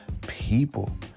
people